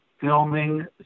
filming